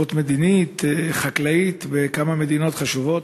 בשליחות מדינית חקלאית בכמה מדינות חשובות,